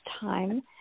time